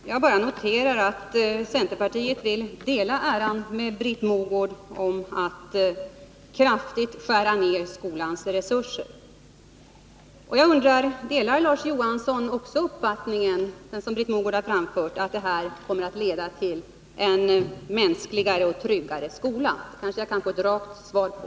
Herr talman! Jag noterar att centerpartiet med Britt Mogård vill dela äran av att kraftigt skära ned skolans resurser. Delar Larz Johansson också den uppfattning som Britt Mogård har framfört, att denna nedskärning kommer att leda till en mänskligare och tryggare skola? Den frågan kanske jag kan få ett rakt svar på.